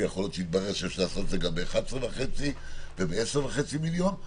ויכול להיות שיתברר שאפשר לעשות את זה גם ב-11.5 מיליון וב-10.5 מיליון.